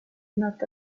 not